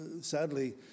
sadly